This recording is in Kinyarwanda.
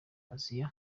aziya